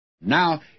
Now